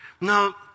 Now